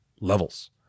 levels